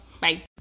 Bye